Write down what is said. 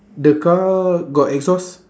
the car got exhaust